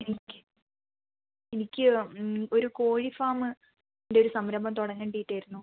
എനിക്ക് എനിക്ക് ഒരു കോഴീഫാമിൻ്റെ ഒരു സംരംഭം തുടങ്ങാൻ വേണ്ടിയിട്ടായിരുന്നു